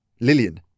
Lillian